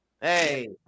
Hey